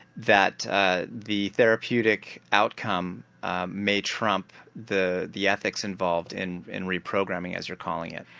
that ah the therapeutic outcome may trump the the ethics involved in in reprogramming as you're calling it.